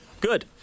Good